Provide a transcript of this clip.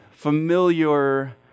familiar